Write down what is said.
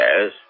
Yes